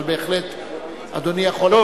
טוב,